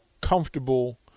comfortable